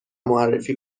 معرفی